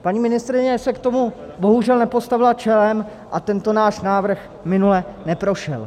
Paní ministryně se k tomu bohužel nepostavila čelem a tento náš návrh minule neprošel.